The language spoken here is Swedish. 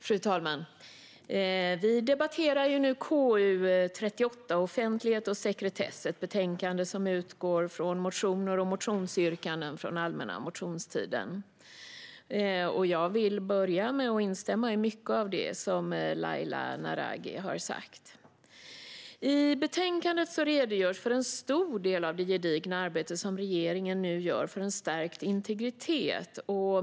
Fru talman! Vi debatterar nu KU38, Offentlighet, sekretess och integritet , ett betänkande som utgår från motioner och motionsyrkanden från allmänna motionstiden. Jag vill börja med att instämma i mycket av det som Laila Naraghi har sagt. I betänkandet redogörs för en stor del av det gedigna arbete som regeringen nu gör för en stärkt integritet.